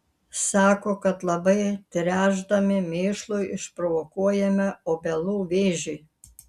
sako kad labai tręšdami mėšlu išprovokuojame obelų vėžį